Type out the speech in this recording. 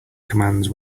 commands